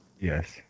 yes